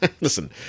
Listen